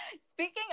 speaking